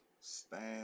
stand